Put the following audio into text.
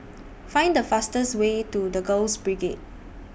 Find The fastest Way to The Girls Brigade